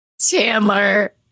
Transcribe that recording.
Chandler